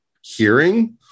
hearing